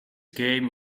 game